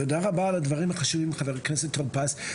תודה רבה על הדברים החשובים חבר הכנסת טור פז.